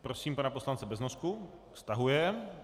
Prosím pana poslance Beznosku stahuje.